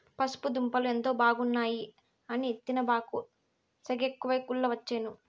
పసుపు దుంపలు ఎంతో బాగున్నాయి అని తినబాకు, సెగెక్కువై గుల్లవచ్చేను